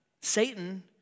Satan